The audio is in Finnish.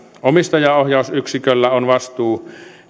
omistajaohjausyksiköllä on vastuu